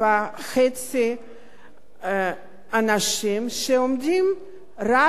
אנשים שעומדים רק בתור